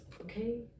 Okay